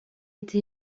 été